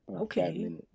Okay